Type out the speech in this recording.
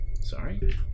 Sorry